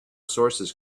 sources